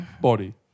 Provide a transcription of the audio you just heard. body